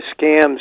scams